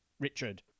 Richard